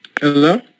Hello